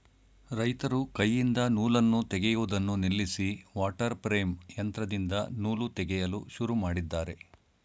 ರೈತರು ಕೈಯಿಂದ ನೂಲನ್ನು ತೆಗೆಯುವುದನ್ನು ನಿಲ್ಲಿಸಿ ವಾಟರ್ ಪ್ರೇಮ್ ಯಂತ್ರದಿಂದ ನೂಲು ತೆಗೆಯಲು ಶುರು ಮಾಡಿದ್ದಾರೆ